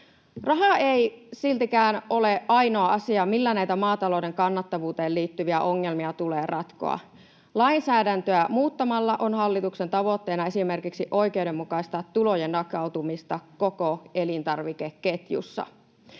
Raha ei siltikään ole ainoa asia, millä näitä maatalouden kannattavuuteen liittyviä ongelmia tulee ratkoa. Lainsäädäntöä muuttamalla on hallituksen tavoitteena esimerkiksi oikeudenmukaistaa tulojen jakautumista koko elintarvikeketjussa.